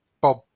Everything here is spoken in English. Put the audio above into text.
Bob